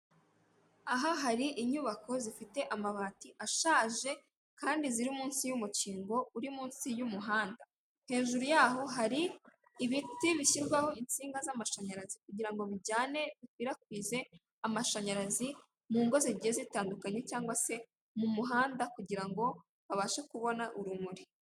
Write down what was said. Aha hari inyubako zifite amabati ashaje kandi ziri munsi y'umukingo uri munsi y'umuhanda. Hejuru yaho hari ibiti bishyirwaho insinga z'amashanyarazi kugirango bijyane, bikwirakwize amashanyarazi mu ngo zigiye zitandukanye cyangwa se mu muhanda kugirango babashe kubona urumuri.